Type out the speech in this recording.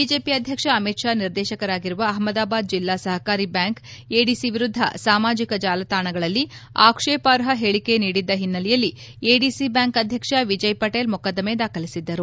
BJP ಅಧ್ಯಕ್ಷ ಅಮಿತ್ ಷಾ ನಿರ್ದೇಶಕರಾಗಿರುವ ಅಹಮದಾಬಾದ್ ಜಿಲ್ಲಾ ಸಹಕಾರಿ ಬ್ಯಾಂಕ್ ಎಡಿಸಿ ವಿರುದ್ದ ಸಾಮಾಜಿಕ ಜಾಲತಾಣಗಳಲ್ಲಿ ಆಕ್ಷೇಪಾರ್ಹ ಹೇಳಕೆ ನೀಡಿದ್ದ ಹಿನ್ನೆಲೆಯಲ್ಲಿ ಎಡಿಸಿ ಬ್ಯಾಂಕ್ ಅಧ್ಯಕ್ಷ ವಿಜಯ್ ಪಟೇಲ್ ಮೊಕದ್ದಮೆ ದಾಖಲಿಸಿದ್ದರು